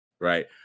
right